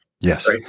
Yes